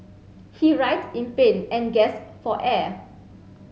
he writhed in pain and gasped for air